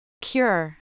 Cure